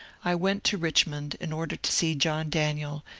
i went to richmond in order to see john daniel,